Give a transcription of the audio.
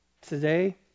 Today